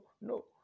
no